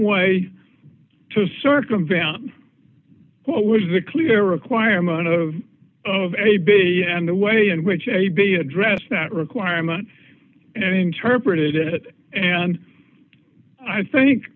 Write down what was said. way to circumvent what was the clear requirement of a big and the way in which they be addressed that requirement and interpreted it and i think